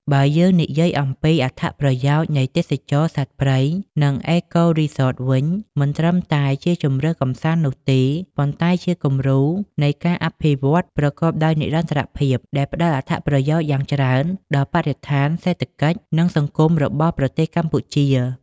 បើយើងនិយាយអំំពី អត្ថប្រយោជន៍នៃទេសចរណ៍សត្វព្រៃ និង Eco-Resorts វិញ មិនត្រឹមតែជាជម្រើសកម្សាន្តនោះទេ ប៉ុន្តែជាគំរូនៃការអភិវឌ្ឍប្រកបដោយនិរន្តរភាព ដែលផ្តល់អត្ថប្រយោជន៍យ៉ាងច្រើនដល់បរិស្ថាន សេដ្ឋកិច្ច និងសង្គមរបស់ប្រទេសកម្ពុជា។